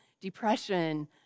depression